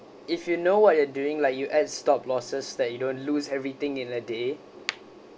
if you know what you're doing like you add stop losses that you don't lose everything in a day